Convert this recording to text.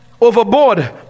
overboard